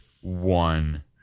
One